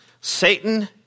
Satan